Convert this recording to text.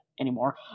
anymore